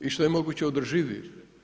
I što je moguće održivije.